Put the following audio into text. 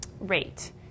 rate